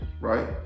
right